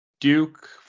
Duke